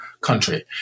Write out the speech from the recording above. country